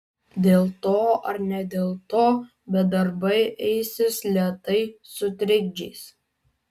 dėl to ar ne dėl to bet darbai eisis lėtai su trikdžiais